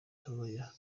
gatoya